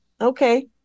Okay